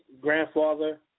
grandfather